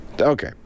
Okay